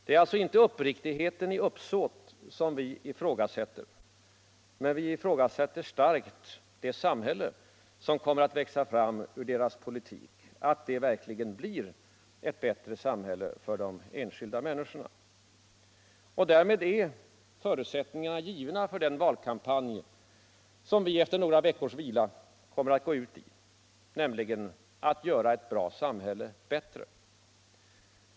Det är alltså inte uppriktigheten i uppsåt som vi ifrågasätter, men vi ifrågasätter starkt att det samhälle som kommer att växa fram ur deras politik verkligen blir ett bättre samhälle för de enskilda människorna. Och därmed är förutsättningarna givna för den valkampanj som vi efter några veckors vila kommer att gå ut i, nämligen att göra ett bra samhälle bättre.